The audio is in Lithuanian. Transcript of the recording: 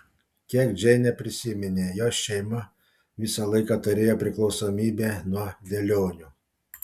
kiek džeinė prisiminė jos šeima visą laiką turėjo priklausomybę nuo dėlionių